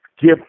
give